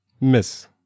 Miss